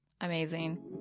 Amazing